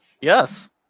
Yes